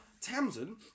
Tamsin